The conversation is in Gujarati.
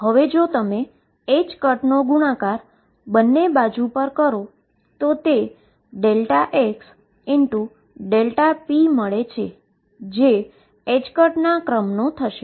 હવે જો તમે નો ગુણાકાર બંને બાજુ પર કરો તો તે ΔxΔp મળે છે જે ના ક્રમ નો થશે